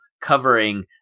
covering